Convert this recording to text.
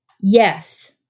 Yes